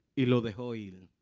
you know the holy a